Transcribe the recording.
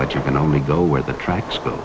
but you can only go where the tracks but